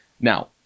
Now